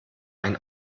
ein